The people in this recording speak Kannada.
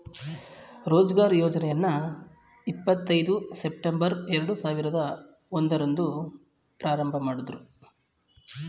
ರೋಜ್ಗಾರ್ ಯೋಜ್ನ ಇಪ್ಪತ್ ಐದು ಸೆಪ್ಟಂಬರ್ ಎರಡು ಸಾವಿರದ ಒಂದು ರಂದು ಪ್ರಾರಂಭಮಾಡುದ್ರು